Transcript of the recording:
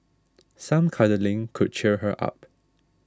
some cuddling could cheer her up